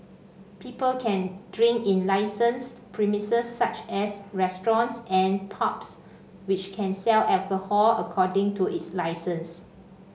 people can drink in licensed premises such as restaurants and pubs which can sell alcohol according to its licence